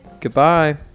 Goodbye